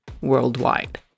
worldwide